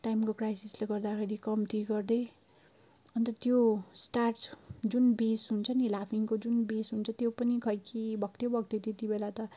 टाइमको क्राइसिसले गर्दाखेरि कम्ती गर्दै अन्त त्यो स्टार्च जुन बेस हुन्छ नि लाफिङको जुन बेस हुन्छ त्यो पनि खै के भएको थियो भएको थियो त्यति बेला त